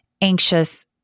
anxious